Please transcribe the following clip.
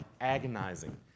agonizing